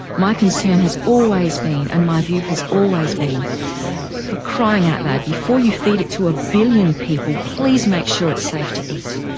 my concern has always been and my view has always been for crying out loud, before you feed it to a billion people, please make sure it's safe to eat.